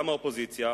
גם מהאופוזיציה,